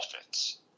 offense